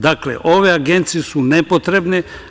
Dakle, ove agencije su nepotrebne.